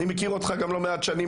אני מכיר אותך גם לא מעט שנים,